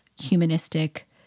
humanistic